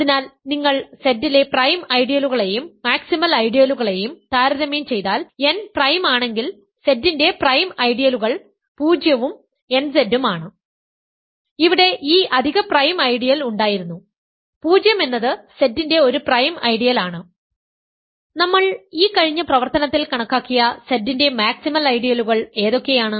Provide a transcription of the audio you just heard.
അതിനാൽ നിങ്ങൾ Z ലെ പ്രൈം ഐഡിയലുകളെയും മാക്സിമൽ ഐഡിയലുകളെയും താരതമ്യം ചെയ്താൽ n പ്രൈം ആണെങ്കിൽ Z ന്റെ പ്രൈം ഐഡിയലുകൾ 0 ഉം nZ ഉം ആണ് ഇവിടെ ഈ അധിക പ്രൈം ഐഡിയൽ ഉണ്ടായിരുന്നു 0 എന്നത് Z ന്റെ ഒരു പ്രൈം ഐഡിയൽ ആണ് നമ്മളെ ഈ കഴിഞ്ഞ പ്രവർത്തനത്തിൽ കണക്കാക്കിയ Z ന്റെ മാക്സിമൽ ഐഡിയലുകൾ ഏതൊക്കെയാണ്